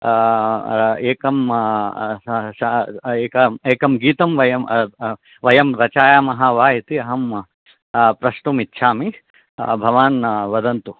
एकम् एकं गीतं वयं वयं रचयामः वा इति अहं प्रष्टुम् इच्छामि भवान् वदन्तु